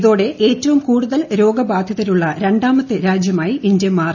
ഇതോടെ ഏറ്റവും ക്ടൂടുതൽ രോഗബാധിതരുള്ള രണ്ടാമത്തെ രാജ്യമായി ഇന്ത്യമാറി